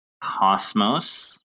Cosmos